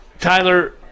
Tyler